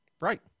right